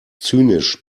zynisch